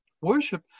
Worship